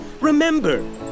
Remember